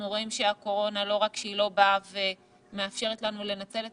אנחנו רואים שלא רק שהקורונה לא באה ומאפשרת לנו לנצל את